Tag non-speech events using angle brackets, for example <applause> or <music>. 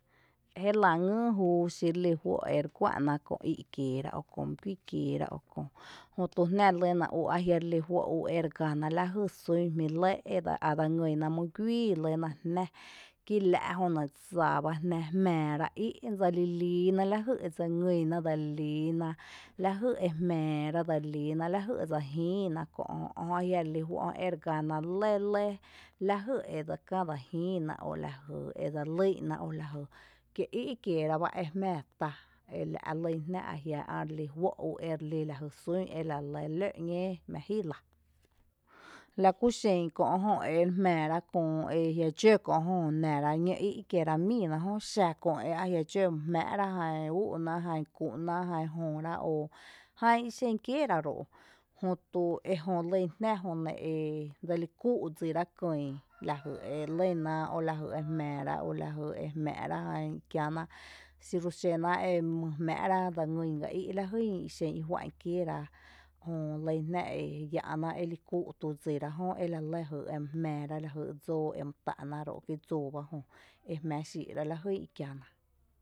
Jélⱥ ngyy júu xí re lí juó’ ere guá’ ná kö í’ kieera, köö mý guíi kieera kö, jötu jná lýna jö ajia’ relí ju´’o ere gana lajy sún jmí kie’ lɇ edse a dse ngýna mý guíi lýna jná kí la’ jöne dsa bá jná jmⱥⱥ ra í’ dselilíi ná lajý edse ngý ná jmⱥⱥ ra í’ dse li líiná lajý e jmⱥⱥ ra, dsa lilíná lajý edse jíiná kö’ jö ajia’ relí juó’ ere gana lɇ lajý edse kä dse jíiná o la jy edse lÿ’ ná o lajy, kié í’ kieera bá e jmⱥⱥ tá la’ lý jná, ajia’ ä re lí juó’ ú ere lí lajy sún ela re lɇ lǿ´ñee mⱥⱥⱥ jí lⱥ. Lakú xen kö’ ere jmⱥⱥ ra köö ea jia’ dxǿ kö’ jö nára ñǿ’ í’ kieera míi ná jö xa köö eajia’ dxǿ my jmⱥⱥ r ajan ú’u’ ná jan küu’ ná, jan jööra, jan ixen kieera ro’ jötu ej¨lýn jná jö ne e <hesitation> e dseli kúú’ dsira <noise> kÿy lajy e lýna o lajy e jmⱥⱥ ra jan i kiäna xiru xena e my jmⱥⱥ ra e dse ngýn gá í’ lajyn ixen i juá’n kiéra jö lýn jná e yⱥⱥ’ ná edseli kúú’ tuu’ dsira jö e la lɇ e my jmⱥⱥra, lajy dsoo e my jmⱥⱥra ro’ kí dsoo bá jö e jmⱥⱥ’ xíi’rá lajyn ikiéna.